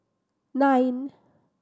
nine